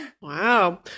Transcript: Wow